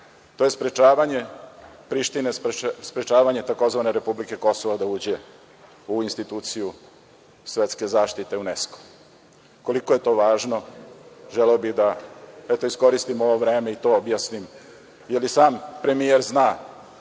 To je sprečavanje Prištine, sprečavanje tzv. republike Kosovo da uđe u instituciju Svetske zaštite UNESKO. Koliko je to važno, želeo bih da iskoristim ovo vreme i to objasnim, jer i sam premijer zna